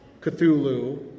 Cthulhu